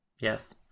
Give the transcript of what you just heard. Yes